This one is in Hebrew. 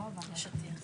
על איך זה ייפתר.